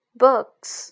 books